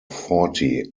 forty